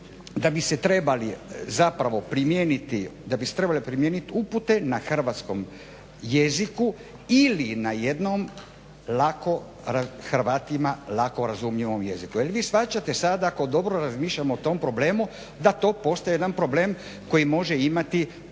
da bi se trebale primijeniti upute na Hrvatskom jeziku ili na jednom lako, Hrvatskima lako razumljivom jeziku. Jer vi shvaćate sada ako dobro razmišljamo o tom problemu da to postaje jedan problem koji može imati